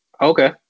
Okay